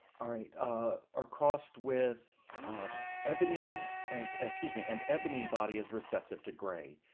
all right ah are crossed with ebony as excuse me and ebony body is recessive to gray.